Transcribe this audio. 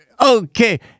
okay